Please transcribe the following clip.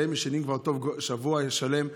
שהם ישנים טוב כבר שבוע שלם,